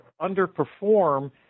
underperform